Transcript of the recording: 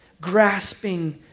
grasping